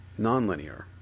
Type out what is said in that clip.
nonlinear